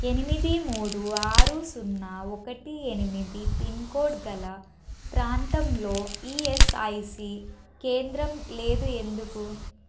ఎనిమిది మూడు ఆరు సున్న ఒకటి ఎనిమిది పిన్కోడ్ గల ప్రాంతంలో ఇఎస్ఐసి కేంద్రం లేదు ఎందుకు